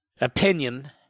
opinion